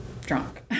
drunk